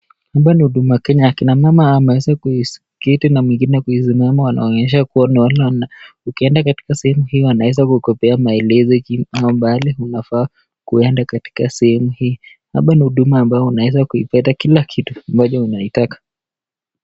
Hapa ni huduma Kenya akina mama wameweza kuketi na mwingine wamesimama wanaonyesha kuwa ni wale wana... ukienda katika sehemu hii wanaweza kukupea maelezo jinsi mambo yale unafaa kuenda katika sehemu hii. Hapa ni huduma ambapo unaweza kupata kila kitu ambayo unataka.